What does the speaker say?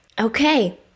okay